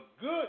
good